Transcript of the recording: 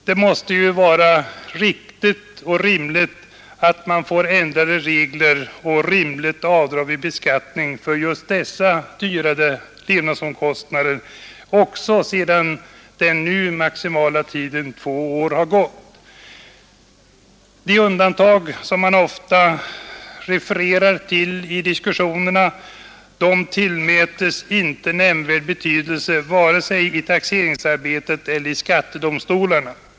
Det måste vara riktigt med ändrade regler och rimligt avdrag vid beskattningen för just dessa fördyrade levnadskostnader också sedan den nu maximala tiden, två år, har gått. De undantag som man ofta hänvisar till i diskussionerna tillmäts inte nämnvärd betydelse vare sig i taxeringsarbetet eller i skattedomstolarna.